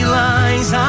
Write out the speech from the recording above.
lies